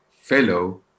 fellow